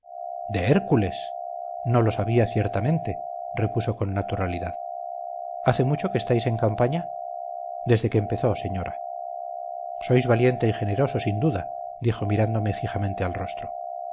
de hércules no lo sabía ciertamente repuso con naturalidad hace mucho que estáis en campaña desde que empezó señora sois valiente y generoso sin duda dijo mirándome fijamente al rostro